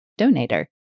donator